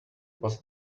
was